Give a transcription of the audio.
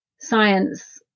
science